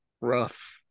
Rough